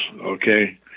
okay